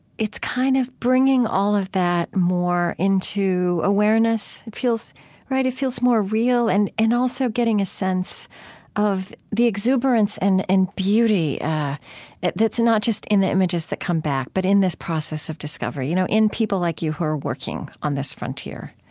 it's kind of bringing all of that more into awareness, right? it feels more real and and also getting a sense of the exuberance and and beauty that's not just in the images that come back, but in this process of discovery. you know, in people like you who are working on this frontier